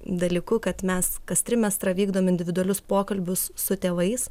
dalyku kad mes kas trimestrą vykdom individualius pokalbius su tėvais